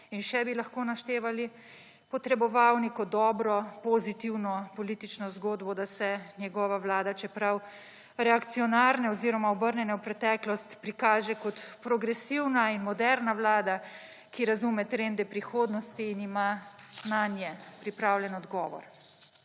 in še bi lahko naštevali, potreboval neko dobro, pozitivno politično zgodbo, da se njegova vlada, čeprav reakcionarna oziroma obrnjena v preteklost, prikaže kot progresivna in moderna vlada, ki razume trende prihodnosti in ima nanje pripravljen odgovor.